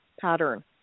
pattern